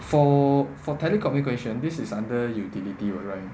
for for telecommunication this is under utility [what] right